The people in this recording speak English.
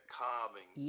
calming